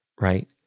right